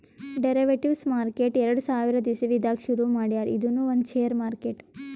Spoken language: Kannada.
ಡೆರಿವೆಟಿವ್ಸ್ ಮಾರ್ಕೆಟ್ ಎರಡ ಸಾವಿರದ್ ಇಸವಿದಾಗ್ ಶುರು ಮಾಡ್ಯಾರ್ ಇದೂನು ಒಂದ್ ಷೇರ್ ಮಾರ್ಕೆಟ್